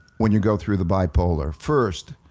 when you go through the bipolar, first,